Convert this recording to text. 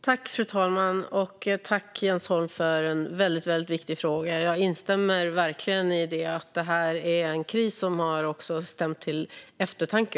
Fru talman! Tack, Jens Holm, för en väldigt viktig fråga! Jag instämmer verkligen i att det här är en kris som också har stämt till eftertanke.